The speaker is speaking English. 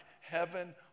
heaven